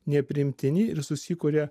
nepriimtini ir susikuria